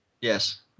Yes